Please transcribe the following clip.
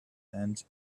and